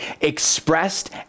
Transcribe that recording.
expressed